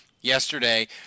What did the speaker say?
yesterday